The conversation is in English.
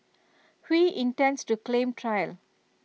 Hui intends to claim trial